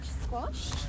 squash